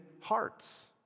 hearts